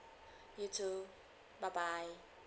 you too bye bye